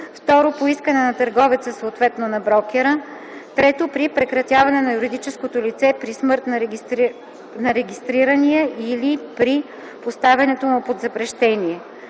ІІ; 2. по искане на търговеца, съответно на брокера; 3. при прекратяване на юридическото лице, при смърт на регистрирания или при поставянето му под запрещение;